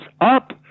up